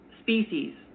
species